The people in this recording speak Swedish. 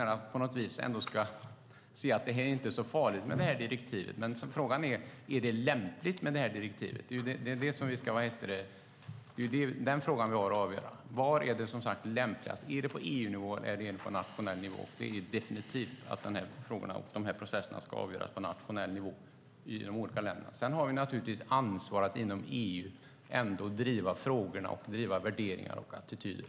Han vill säga att direktivet inte är så farligt. Men frågan är om direktivet är lämpligt. Det är den frågan vi har att avgöra. Var är det lämpligast? På EU-nivå eller nationell nivå? Dessa processer ska definitivt avgöras på nationell nivå i de olika länderna. Sedan har vi ändå ansvar att inom EU driva frågor om värderingar och attityder.